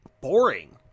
boring